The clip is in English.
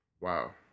Wow